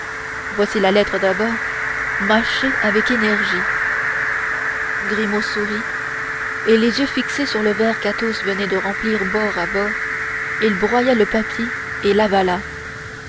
voici la lettre d'abord mâchez avec énergie grimaud sourit et les yeux fixés sur le verre qu'athos venait de remplir bord à bord il broya le papier et l'avala